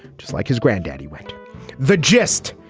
just like his granddaddy went the gist.